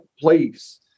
place